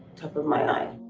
top of my eye.